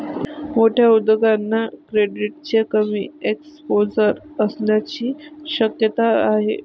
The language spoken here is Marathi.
मोठ्या उद्योगांना क्रेडिटचे कमी एक्सपोजर असण्याची शक्यता आहे